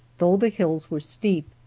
though the hills were steep.